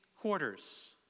quarters